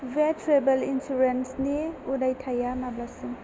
बे ट्रेभेल इन्सुरेन्सनि उदायथाइया माब्लासिम